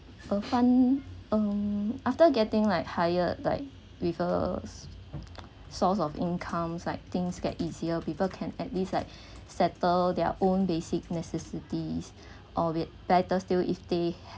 for fund um after getting like hired like with a source of incomes like things get easier people can at least like settle their own basic necessities or with better still if they